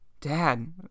Dad